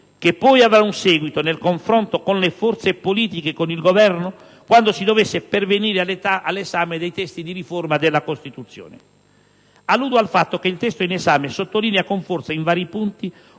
che poi avrà un seguito nel confronto con le forze politiche e con il Governo quando si dovesse pervenire all'esame dei testi di riforma della Costituzione. Alludo al fatto che il testo in esame sottolinea con forza in vari punti